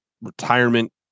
retirement